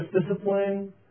discipline